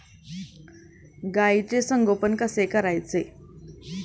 गाईचे संगोपन कसे करायचे?